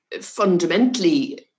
fundamentally